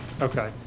Okay